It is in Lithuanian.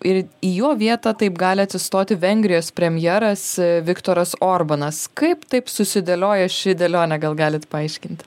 ir į jo vietą taip gali atsistoti vengrijos premjeras viktoras orbanas kaip taip susidėliojo ši dėlionė gal galit paaiškinti